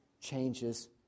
changes